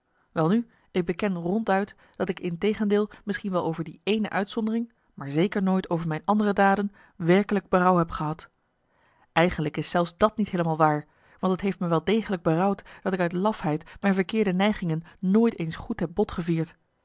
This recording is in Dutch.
welnu ik beken ronduit dat ik integendeel misschien wel over die ééne uitzondering maar zeker nooit over mijn andere daden werkelijk berouw heb gehad eigenlijk is zelfs dat niet heelemaal waar want het heeft me wel degelijk berouwd dat ik uit lafheid mijn verkeerde neigingen nooit eens goed heb bot gevierd